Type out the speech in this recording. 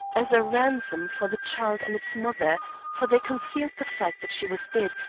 as a ransom for the child and its mother for they concealed the fact that she was dead,